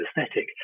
aesthetic